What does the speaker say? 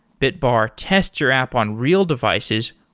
bitbar tests your app on real devices,